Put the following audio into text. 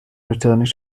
returning